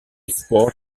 sport